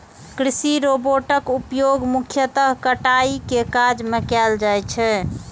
कृषि रोबोटक उपयोग मुख्यतः कटाइ के काज मे कैल जाइ छै